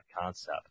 concept